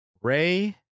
Ray